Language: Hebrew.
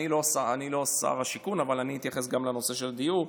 אני לא שר השיכון, אבל אתייחס גם לנושא הדיור,